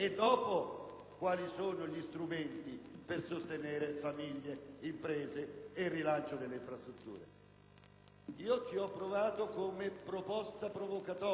quali sono gli strumenti per sostenere famiglie, imprese ed il rilancio delle infrastrutture. Io ci ho provato avanzando una proposta provocatoria, anche nei